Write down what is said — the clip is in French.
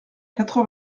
quatre